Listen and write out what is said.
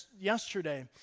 yesterday